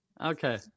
Okay